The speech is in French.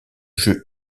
jeu